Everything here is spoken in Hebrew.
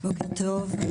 בוקר טוב,